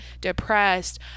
depressed